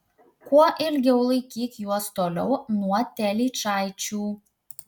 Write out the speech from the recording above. kuo ilgiau laikyk juos toliau nuo telyčaičių